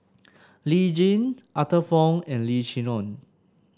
Lee Tjin Arthur Fong and Lim Chee Onn